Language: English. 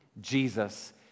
Jesus